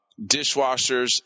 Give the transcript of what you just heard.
dishwashers